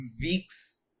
weeks